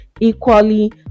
equally